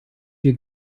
wir